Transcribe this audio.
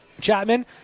Chapman